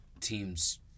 teams